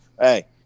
hey